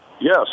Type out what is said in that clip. Yes